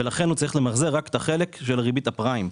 ולכן הוא צריך למחזר רק את החלק של ריבית הפריים.